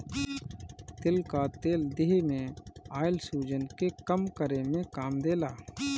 तिल कअ तेल देहि में आइल सुजन के कम करे में काम देला